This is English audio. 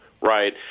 Right